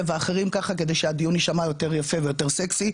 ואחרים ככה כדי שהדיון ישמע יותר יפה ויותר סקסי.